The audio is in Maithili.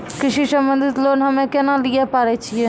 कृषि संबंधित लोन हम्मय केना लिये पारे छियै?